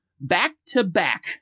back-to-back